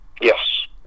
Yes